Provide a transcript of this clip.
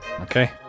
Okay